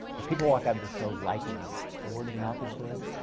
if people walk out of the show liking it, the word of mouth is good,